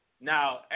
Now